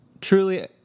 truly